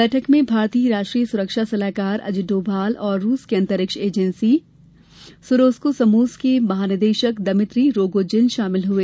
बैठक में भारतीय राष्ट्रीय सुरक्षा सलाहकार अजित डोभाल और रूस की अंतरिक्ष एजेंसी रोसकोसमोस के महानिदेशक दमित्री रोगोजिन शामिल हुए